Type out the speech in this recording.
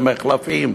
במחלפים,